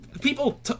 people